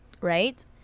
right